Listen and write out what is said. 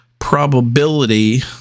Probability